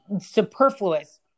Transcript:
superfluous